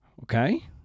okay